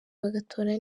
bagatora